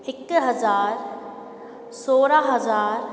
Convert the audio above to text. हिकु हज़ारु सोरहं हज़ार